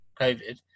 COVID